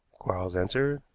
quarles answered.